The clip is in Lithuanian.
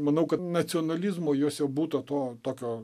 manau kad nacionalizmo juose būta to tokio